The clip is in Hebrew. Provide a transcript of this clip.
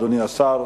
אדוני השר,